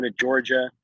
Georgia